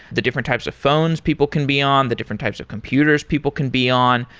the different types of phones people can be on, the different types of computers people can be on,